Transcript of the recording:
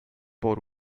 por